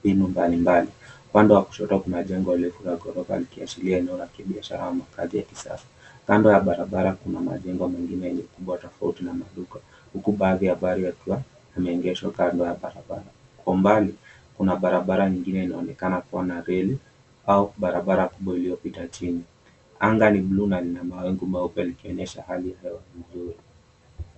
mbinu mbalimbali. Upande wa kushoto kuna jengo la ghorofa likiashiria eneo la kibiashara au makazi ya kisasa. Kando ya barabara kuna majengo mengine yenye ukubwa tofauti na maduka. Huku baadhi ya magari yakiwa yameegeshwa kando ya barabara. Kwa umbali kuna barabara nyingine inaonekana kuwa na reli au barabara kubwa iliyopita chini. Anga ni buluu na ina mwawingu meupe ikionyesha hali ya hewa ni mzuri.